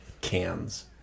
cans